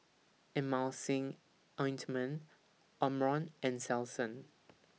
Emulsying Ointment Omron and Selsun